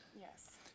Yes